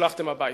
ונשלחתם הביתה.